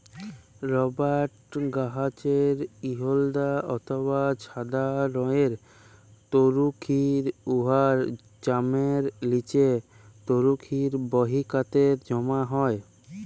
রবাট গাহাচের হইলদ্যা অথবা ছাদা রংয়ের তরুখির উয়ার চামের লিচে তরুখির বাহিকাতে জ্যমা হ্যয়